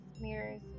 mirrors